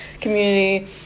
community